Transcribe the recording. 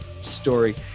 story